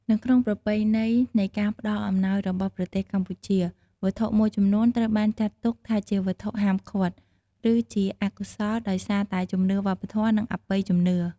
នៅក្នុងប្រពៃណីនៃការផ្តល់អំណោយរបស់ប្រទេសកម្ពុជា វត្ថុមួយចំនួនត្រូវបានចាត់ទុកថាជាវត្ថុហាមឃាត់ ឬជាអកុសលដោយសារតែជំនឿវប្បធម៌ និងអបិយជំនឿ។